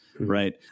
right